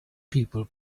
people